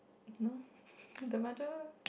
no the mother